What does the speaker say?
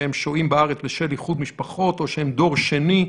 שהם שוהים בארץ בשל איחוד משפחות או שהם דור שני,